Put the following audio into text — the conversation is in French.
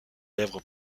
lèvres